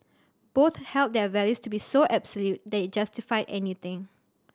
both held their values to be so absolute that it justified anything